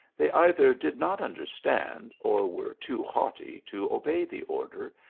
they either did not understand, or were too haughty to obey the order,